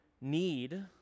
need